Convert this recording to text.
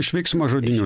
iš veiksmažodinių